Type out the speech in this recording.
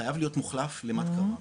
חייב להיות מוחלף למד קר"מ,